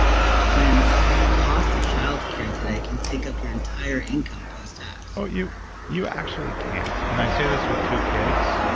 when the cost of childcare today can take up your entire income posttax? so you you actually can't. and i say this with two kids.